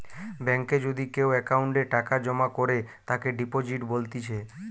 বেঙ্কে যদি কেও অ্যাকাউন্টে টাকা জমা করে তাকে ডিপোজিট বলতিছে